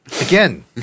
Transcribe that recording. Again